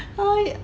I